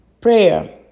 prayer